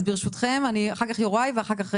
אז ברשותכם, אחר כך אוסאמה.